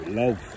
love